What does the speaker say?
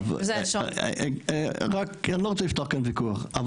אני לא רוצה לפתוח כאן ויכוח,